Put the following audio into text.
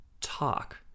talk